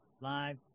live